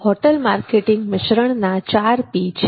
hotel marketing મિશ્રણના 4P છે